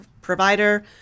provider